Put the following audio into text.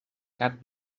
cap